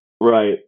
right